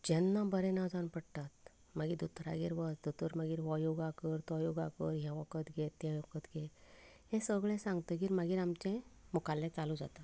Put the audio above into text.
जेन्ना बरें ना जावन पडटात मागीर दोतोरागेर वच दोतोर मागीर हो योगा हो योगा कर तो योगा कर हें वखद घे तें वखद घे हें सगळें सागंतकच मागीर आमचें मुखाल्लें चालू जाता